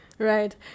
Right